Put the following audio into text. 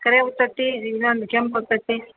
ಕರೆ ಉತ್ತತ್ತಿ ನಿಂದೊಂದು ಕೆಂಪು ಉತ್ತತ್ತಿ